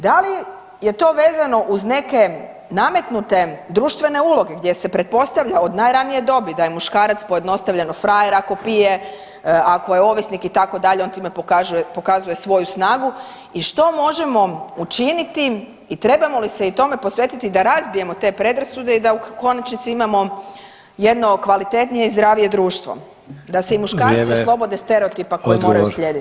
Da li je to vezano uz neke nametnute društvene uloge gdje se pretpostavlja od najranije dobi da je muškarac pojednostavljeno frajer ako pije, ako je ovisnik itd., on time pokazuje svoju snagu i što možemo učiniti i trebamo li se i tome posvetiti da razbijemo te predrasude i da u konačnici imamo jedno kvalitetnije i zdravije društvo, da se i muškarci oslobode stereotipa koji moraju slijediti.